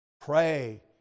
Pray